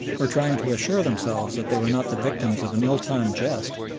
were trying to assure themselves that they were not the victims of an ill-timed jest,